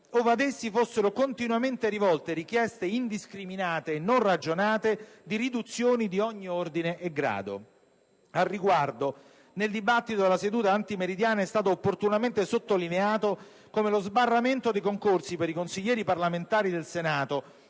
ove ad essi fossero continuamente rivolte richieste indiscriminate e non ragionate di riduzioni di ogni ordine e grado. Al riguardo, nel dibattito della seduta antimeridiana è stato opportunamente sottolineato come lo sbarramento posto nei concorsi per consiglieri parlamentari del Senato